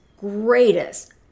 greatest